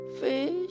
Fish